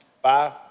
Five